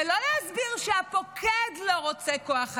ולא להסביר שהפוקד לא רוצה כוח אדם.